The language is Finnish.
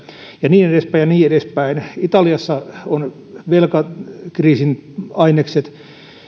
ja niin edespäin ja niin edespäin italiassa on velkakriisin ainekset